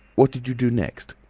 what did you do next?